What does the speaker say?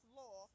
law